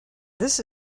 this